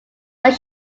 where